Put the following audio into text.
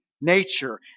nature